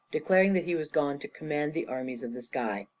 declaring that he was gone to command the armies of the sky.